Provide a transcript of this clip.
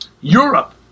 Europe